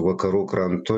vakarų krantu